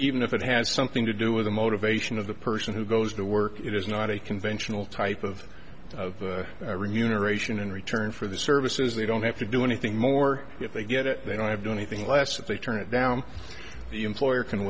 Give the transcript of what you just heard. even if it has something to do with the motivation of the person who goes to work it is not a conventional type of remuneration in return for the services they don't have to do anything more if they get it they don't have do anything less if they turn it down the employer can